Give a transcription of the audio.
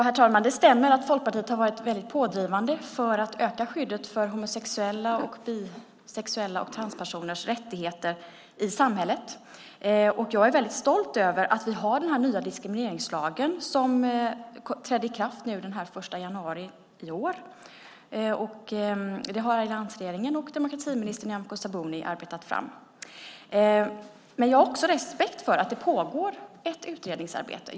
Herr talman! Det stämmer att Folkpartiet har varit väldigt pådrivande för att öka skyddet för homosexuellas, bisexuellas och transpersoners rättigheter i samhället. Jag är väldigt stolt över att vi har den nya diskrimineringslagen som trädde i kraft den 1 januari i år. Den har alliansregeringen och demokratiminister Nyamko Sabuni arbetat fram. Jag har också respekt för att det pågår ett utredningsarbete.